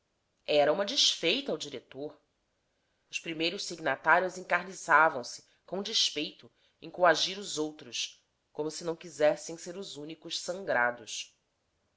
era uma desfeita ao diretor os primeiros signatários encarniçavam se com despeito em coagir os outros como se não quisessem ser os únicos sangrados